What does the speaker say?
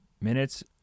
minutes